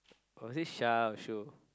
was it Shah or Shu